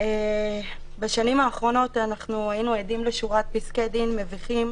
בשנים האחרונות היינו עדים לשורת פסקי דין מביכים